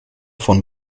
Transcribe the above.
von